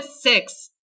six